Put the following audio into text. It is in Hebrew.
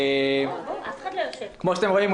כפי שאתם רואים,